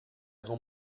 con